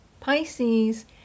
Pisces